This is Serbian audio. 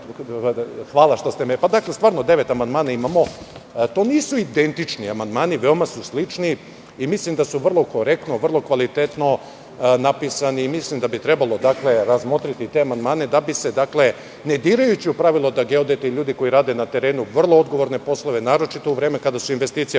unapred se izvinjavam. Imamo devet amandmana. To nisu identični amandmani, veoma su slični i mislim da su vrlo korektno i vrlo kvalitetno napisani i mislim da bi trebalo razmotriti te amandmane, ne dirajući u pravilo da geodeti, ljudi koji rade na terenu vrlo odgovorne poslove, naročito u vreme kada su investicije